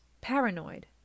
paranoid